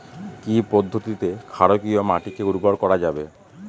কি পদ্ধতিতে ক্ষারকীয় মাটিকে উর্বর করা যাবে?